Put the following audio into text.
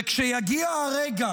כשיגיע הרגע